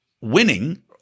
winning